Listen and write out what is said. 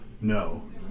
No